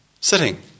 sitting